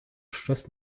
щось